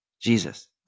Jesus